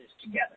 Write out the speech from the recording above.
together